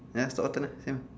ya so alternate same